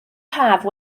haf